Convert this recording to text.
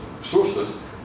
sources